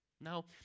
Now